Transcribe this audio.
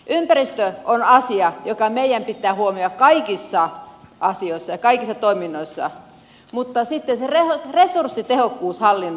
ympäristö on asia joka meidän pitää huomioida kaikissa asioissa ja kaikissa toiminnoissa mutta sitten se resurssitehokkuus hallinnossa